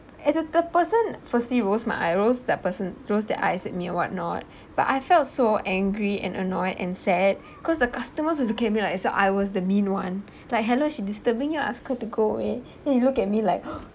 and the the person firstly rolls my eyerolls the person rolls their eyes at me or what not but I felt so angry and annoyed and sad because the customers were looking so I was the mean one like hello she disturbing I ask her to go away and you look at me like !huh!